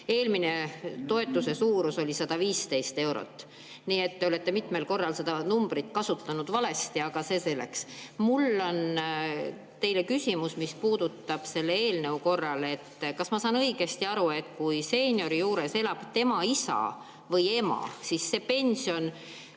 Eelmine toetuse suurus oli 115 eurot. Nii et te olete mitmel korral seda numbrit kasutanud valesti, aga see selleks. Mul on teile küsimus, mis puudutab seda eelnõu. Kas ma saan õigesti aru, et kui seeniori juures elab tema isa või ema, siis nende pension